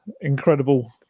incredible